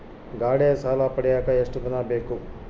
ಗಾಡೇ ಸಾಲ ಪಡಿಯಾಕ ಎಷ್ಟು ದಿನ ಬೇಕು?